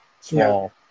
small